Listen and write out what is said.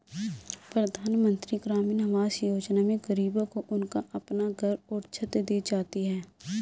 प्रधानमंत्री ग्रामीण आवास योजना में गरीबों को उनका अपना घर और छत दी जाती है